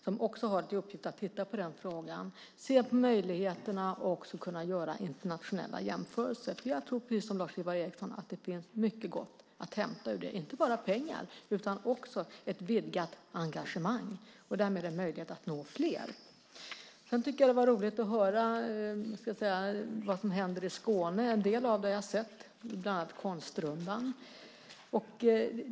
Den har också till uppgift att titta på frågan, se på möjligheterna och göra internationella jämförelser. Jag tror precis som Lars-Ivar Ericson att det finns mycket gott att hämta ur det här. Det handlar inte bara om pengar, utan också om ett vidgat engagemang och därmed en möjlighet att nå fler. Jag tycker att det var roligt att höra vad som händer i Skåne. En del av det har jag sett, bland annat konstrundan.